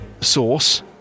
source